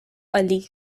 ali